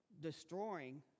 destroying